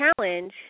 challenge